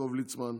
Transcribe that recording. יעקב ליצמן,